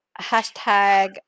hashtag